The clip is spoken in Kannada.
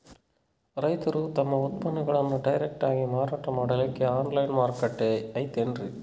ರೈತರು ತಮ್ಮ ಉತ್ಪನ್ನಗಳನ್ನು ಡೈರೆಕ್ಟ್ ಆಗಿ ಮಾರಾಟ ಮಾಡಲಿಕ್ಕ ಆನ್ಲೈನ್ ಮಾರುಕಟ್ಟೆ ಐತೇನ್ರೀ?